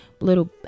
little